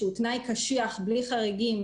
שהוא תנאי קשיח בלי חריגים,